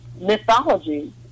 mythology